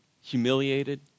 humiliated